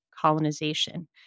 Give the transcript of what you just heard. colonization